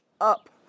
up